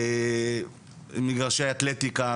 מגרשי אתלטיקה,